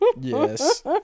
Yes